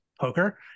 poker